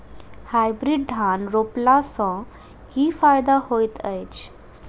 Hybrid धान रोपला सँ की फायदा होइत अछि?